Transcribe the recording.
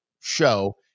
show